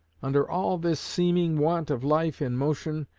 under all this seeming want of life and motion,